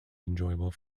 enjoyable